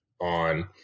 on